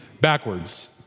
backwards